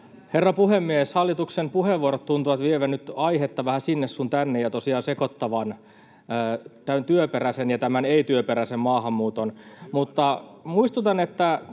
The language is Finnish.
Herra puhemies! Hallituksen puheenvuorot tuntuvat vievän nyt aihetta vähän sinne sun tänne ja tosiaan niissä tunnutaan sekoittavan työperäinen ja ei-työperäinen maahanmuutto, mutta muistutan, että